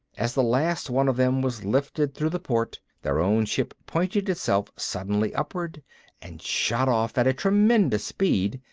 as the last one of them was lifted through the port, their own ship pointed itself suddenly upward and shot off at tremendous speed.